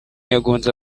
yagonze